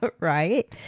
Right